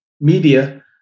media